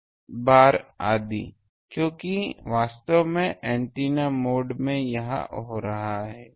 यदि आपके पास 3 है तो 3 बार आदि क्योंकि वास्तव में एंटीना मोड में यह हो रहा है